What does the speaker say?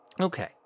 Okay